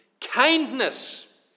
kindness